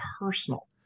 personal